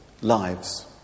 lives